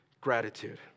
Gratitude